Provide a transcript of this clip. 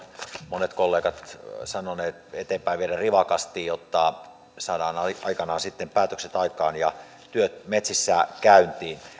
monet kollegat sanoneet eteenpäin viedä rivakasti jotta saadaan aikanaan sitten päätökset aikaan ja työt metsissä käyntiin